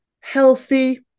healthy